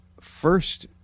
first